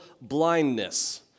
blindness